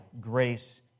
grace